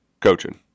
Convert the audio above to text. coaching